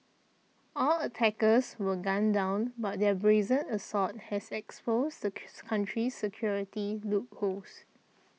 all attackers were gunned down but their brazen assault has exposed the country's security loopholes